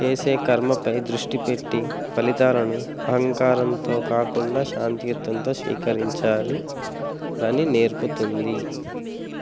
చేసే కర్మపై దృష్టి పెట్టి ఫలితాలను అహంకారంతో కాకుండా శాంతియుత్వంతో స్వీకరించాలి అని నేర్పుతుంది